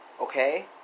Okay